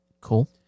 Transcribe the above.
Cool